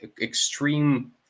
extreme